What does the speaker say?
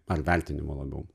ar vertinimo labiau